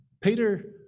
Peter